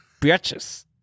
Bitches